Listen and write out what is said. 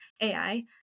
AI